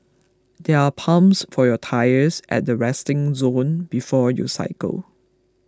there are pumps for your tyres at the resting zone before you cycle